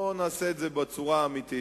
בוא נעשה את זה בצורה אמיתית.